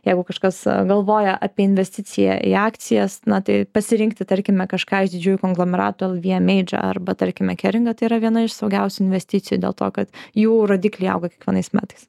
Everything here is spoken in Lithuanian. jeigu kažkas galvoja apie investiciją į akcijas na tai pasirinkti tarkime kažką iš didžiųjų konglomerato vyemeidž arba tarkime keringą tai yra viena iš saugiausių investicijų dėl to kad jų rodikliai auga kiekvienais metais